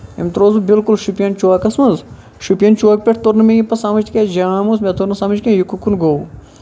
أمۍ ترٛووُس بہٕ بِلکُل شُپین چوکَس منٛز شُپین چوکہٕ پٮ۪ٹھ توٚر نہٕ مےٚ یہِ پَتہٕ سَمجھ کیٚنٛہہ یہِ جام اوس مےٚ توٚر نہٕ سَمجھ کیٚنٛہہ یہِ کُکُن گوٚو